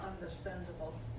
understandable